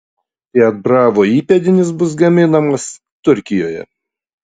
fiat bravo įpėdinis bus gaminamas turkijoje